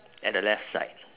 at the left side